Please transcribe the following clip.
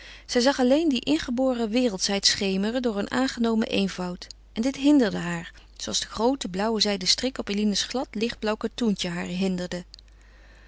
zij zag alleen die ingeboren wereldschheid schemeren door een aangenomen eenvoud en dit hinderde haar zooals de groote blauwe zijden strik op eline's glad lichtblauw katoentje haar hinderde